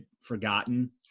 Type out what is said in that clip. forgotten